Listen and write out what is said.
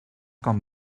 com